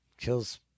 Kills